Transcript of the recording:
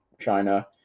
China